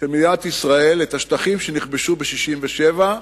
של מדינת ישראל את השטחים שנכבשו ב-1967.